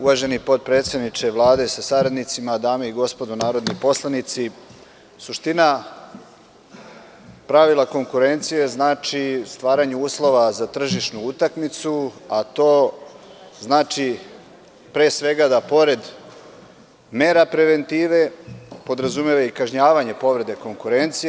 Uvaženi podpredsedniče Vlade sa saradnicima, dame i gospodo narodni poslanici, suština pravila konkurencije znači stvaranje uslova za tržišnu utakmicu, a to znači pre svega da pored mera preventive podrazumeva i kažnjavanje povreda konkurencije.